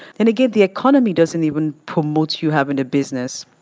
and again, the economy doesn't even promote you having a business.